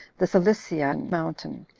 the cilician mountain,